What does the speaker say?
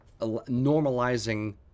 normalizing